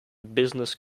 business